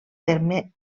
terme